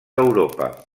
europa